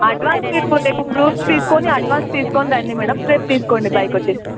advance మీరు రేపు proofs తీసుకొని అడ్వాన్స్ తీసుకొనిరండి మ్యాడమ్ రేపు తీసుకోండి బైక్ వచ్చి